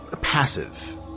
passive